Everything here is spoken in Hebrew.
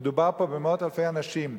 מדובר פה במאות אלפי אנשים.